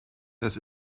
das